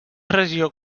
regió